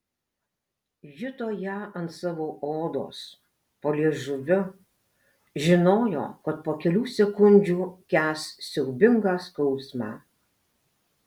juto ją ant savo odos po liežuviu žinojo kad po kelių sekundžių kęs siaubingą skausmą